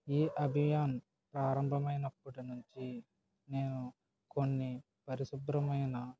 ఈ అభియాన్ ప్రారంభమైనప్పటి నుంచి నేను కొన్ని పరిశుభ్రమైన